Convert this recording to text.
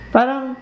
Parang